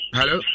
Hello